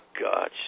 God